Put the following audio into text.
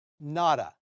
Nada